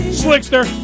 slickster